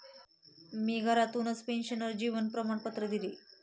मी घरातूनच पेन्शनर जीवन प्रमाणपत्र दिले